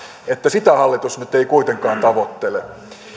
että sitä hallitus nyt ei kuitenkaan tavoittele